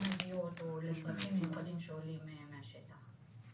שמגיעות או לצרכים מיוחדים שעולים מהשטח.